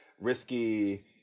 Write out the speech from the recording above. risky